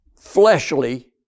fleshly